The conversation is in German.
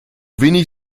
wenig